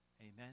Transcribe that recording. amen